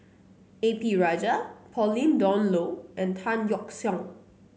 A P Rajah Pauline Dawn Loh and Tan Yeok Seong